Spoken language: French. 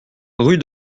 rue